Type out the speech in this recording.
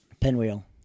pinwheel